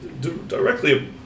Directly